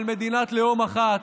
אבל מדינת לאום אחת,